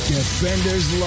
Defenders